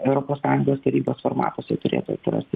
europos sąjungos tarybos formatuose turėtų atsirasti